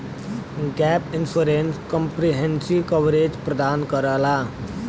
gap insurance comprehensive coverage प्रदान करला